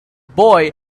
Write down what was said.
boy